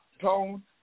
Tone